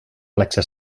plexe